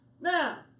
Now